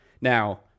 Now